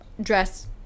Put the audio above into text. dress